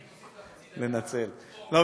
נו,